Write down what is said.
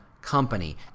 company